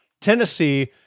Tennessee